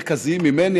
מרכזיים ממני,